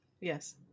Yes